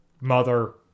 mother